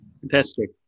Fantastic